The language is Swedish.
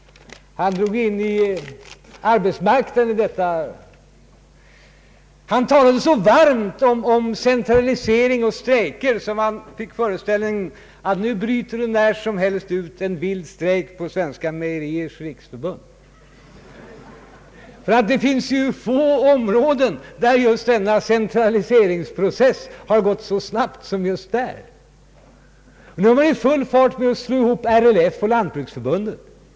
Han drog in detta problem i sitt tal om arbetsmarknaden. Han talade så varmt om centralisering och strejker att man fick föreställningen att nu bryter när som helst ut en vild strejk på Svenska mejeriernas riksförening. Det finns ju få områden där denna centraliseringsprocess gått så snabbt som just där. Nu är man i full fart med att slå ihop RLF och Lantbruksförbundet.